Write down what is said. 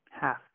half